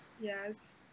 Yes